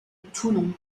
toulon